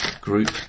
Group